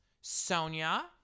Sonia